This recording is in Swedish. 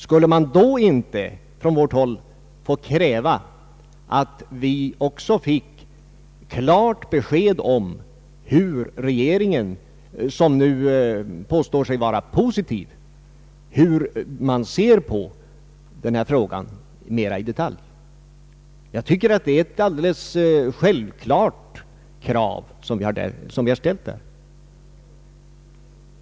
Skall man under sådana omständigheter inte från vårt håll kunna kräva klart besked av regeringen — som nu påstår sig vara positiv hur man mera i detalj ser på den här frågan? Jag tycker att vi där har ställt ett alldeles självklart krav.